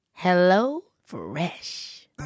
HelloFresh